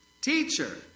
Teacher